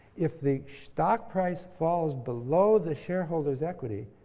if the stock price falls below the shareholders' equity,